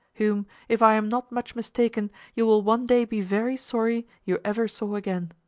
whom, if i am not much mistaken, you will one day be very sorry you ever saw again.